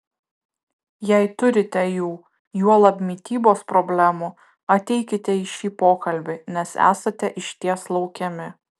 jei turite jų juolab mitybos problemų ateikite į šį pokalbį nes esate išties laukiami